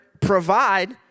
provide